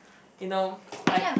you know like